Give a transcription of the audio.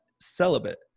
celibate